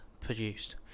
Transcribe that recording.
produced